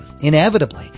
Inevitably